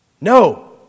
No